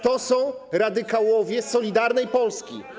To są radykałowie z Solidarnej Polski.